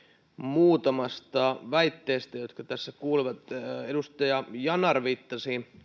muutamasta väitteestä jotka tässä kuuluivat edustaja yanar viittasi